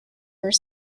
were